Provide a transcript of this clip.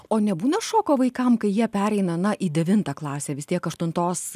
o nebūna šoko vaikam kai jie pereina na į devintą klasę vis tiek aštuntos